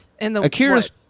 Akira's